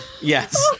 Yes